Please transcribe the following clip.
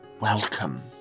welcome